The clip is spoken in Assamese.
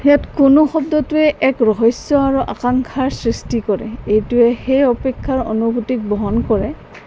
ইয়াত কোনো শব্দটোৱে এক ৰহস্য আৰু আকাংক্ষাৰ সৃষ্টি কৰে এইটোৱে সেই অপেক্ষাৰ অনুভূতিক বহন কৰে